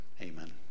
amen